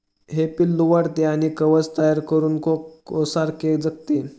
हे पिल्लू वाढते आणि कवच तयार करून कोकोसारखे जगते